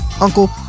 uncle